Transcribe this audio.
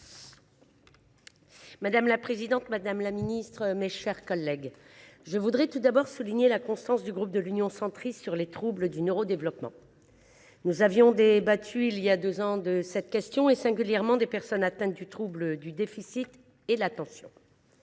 Madame la présidente, madame la ministre, mes chers collègues, je voudrais tout d’abord souligner la constance du groupe Union Centriste sur le sujet des troubles du neurodéveloppement. Nous avions débattu voilà deux ans de cette question, singulièrement des personnes atteintes de troubles du déficit de l’attention.